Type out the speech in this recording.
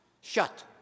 shut